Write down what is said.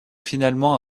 finalement